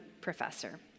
professor